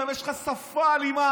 וגם יש לך שפה אלימה,